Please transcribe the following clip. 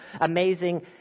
amazing